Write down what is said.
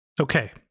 Okay